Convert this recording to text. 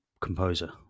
composer